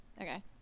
okay